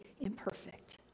imperfect